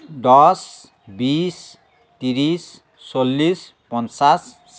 দহ বিছ ত্ৰিছ চল্লিছ পঞ্চাছ